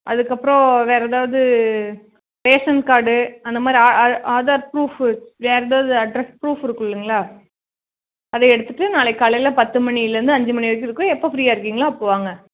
அதுக்கப்புறோம் வேறு ஏதாவுது ரேஷன் கார்டு அந்த மாதிரி ஆ ஆதார் ப்ரூஃபு வேறு ஏதாவுது அட்ரஸ் ப்ரூஃப் இருக்கும் இல்லைங்களா அதை எடுத்துகிட்டு நாளைக்கு காலையில் பத்து மணியிலிருந்து அஞ்சு மணி வரைக்கும் இருக்கும் எப்போ ஃப்ரீயாக இருக்கீங்களோ அப்போ வாங்க